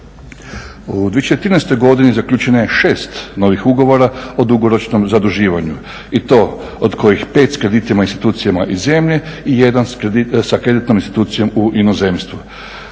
U 2014.godini zaključeno je 6 novih ugovora o dugoročnom zaduživanju i to od kojih 5 s kreditnim institucijama iz zemlje i 1 s kreditnom institucijom u inozemstvu.